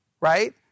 right